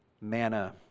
manna